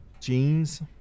jeans